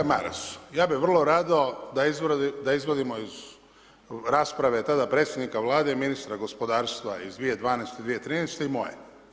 Kolega Maras, ja bi vrlo rado da izvadimo iz rasprave tada predsjednika Vlade, ministra gospodarstva iz 2012.-2013. i moje.